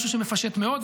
משהו שמפשט מאוד.